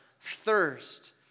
thirst